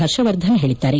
ಪರ್ಷವರ್ಧನ್ ಹೇಳಿದ್ದಾರೆ